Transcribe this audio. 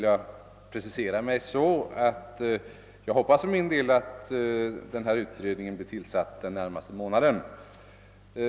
Jag hoppas att denna utredning blir tillsatt den närmaste månaden.